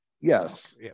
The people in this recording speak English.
Yes